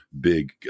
big